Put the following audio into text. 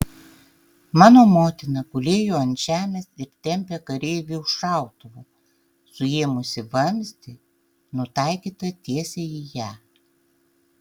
mano motina gulėjo ant žemės ir tempė kareivį už šautuvo suėmusį vamzdį nutaikytą tiesiai į ją